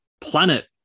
planet